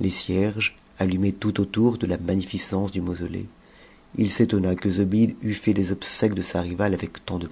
les cierges allumés tout autour de la magnificence du mausolée il s'étonna que zobéide eût fait les obsèques de sa rivale avec tant de